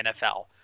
NFL